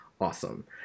awesome